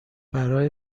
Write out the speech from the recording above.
برای